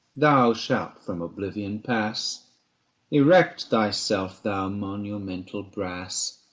thou shall from oblivion pass erect thyself, thou monumental brass,